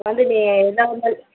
வந்து நீங்கள் என்ன வந்து